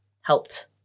helped